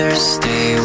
Stay